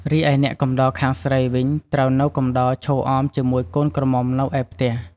រីឯអ្នកកំដរខាងស្រីវិញត្រូវនៅកំដរឈរអមជាមួយកូនក្រមុំនៅឯផ្ទះ។